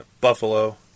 Buffalo